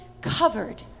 covered